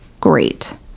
Great